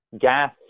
gas